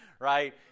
right